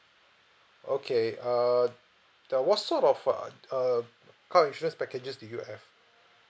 okay err uh what sort of uh uh car insurance packages do you have